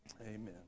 Amen